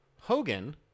Hogan